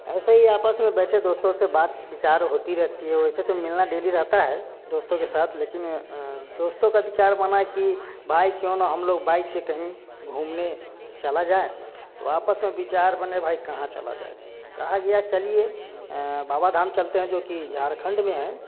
ऐसे ही आपस में बैठे दोस्तो से बात विचार होती रहती है वैसे तो मिलना डेली रहता है दोस्तो के साथ लेकिन दोस्तो का विचार बना की भाई क्यों न हम लोग बाइक से कहीं घूमने चला जाए तो आपस में विचार बने भाई कहाँ चला जाए कहा गया चलिए बाबा धाम चलते हैं जो कि झारखण्ड में हैं